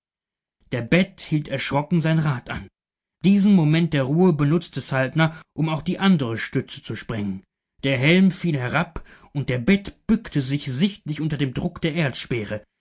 der bed hielt erschrocken sein rad an diesen moment der ruhe benutzte saltner um auch die andere stütze zu sprengen der helm fiel herab und der bed bückte sich sichtlich unter dem druck der